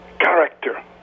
character